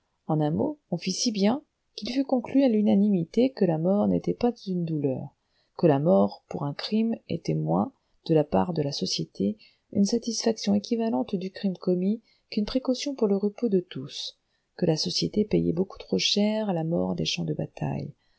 en un mot on fit si bien qu'il fut conclu à l'unanimité que la mort n'était pas une douleur que la mort pour un crime était moins de la part de la société une satisfaction équivalente du crime commis qu'une précaution pour le repos de tous que la société payait beaucoup trop cher la mort des champs de bataille